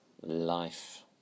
life